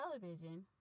television